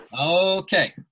Okay